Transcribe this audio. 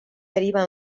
deriva